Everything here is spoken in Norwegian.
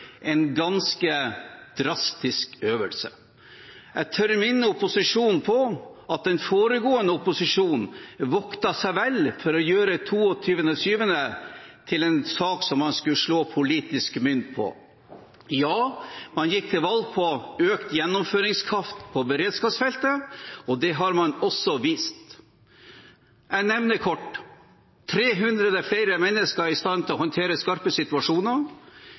en ganske drastisk øvelse. Jeg tør minne opposisjonen på at den foregående opposisjonen voktet seg vel for å gjøre 22. juli til en sak som man skulle slå politisk mynt på. Ja, man gikk til valg på økt gjennomføringskraft på beredskapsfeltet, og det har man også vist. Jeg nevner kort: 300 flere mennesker er i stand til å håndtere skarpe situasjoner.